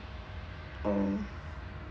oh